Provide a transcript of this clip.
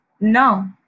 No